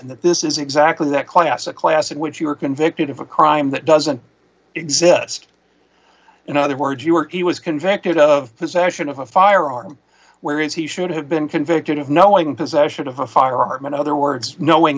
to that this is exactly that class a class in which you were convicted of a crime that doesn't exist in other words you were he was convicted of possession of a firearm where is he should have been convicted of knowing possession of a firearm in other words knowing